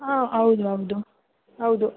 ಹಾಂ ಹೌದು ಹೌದು ಹೌದು